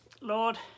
Lord